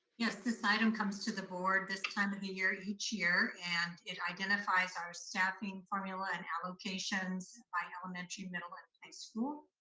yes, this item comes to the board this time of the year each year, and it identifies our staffing formula and allocations by elementary, middle and high school.